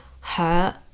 hurt